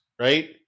right